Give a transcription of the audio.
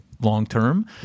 long-term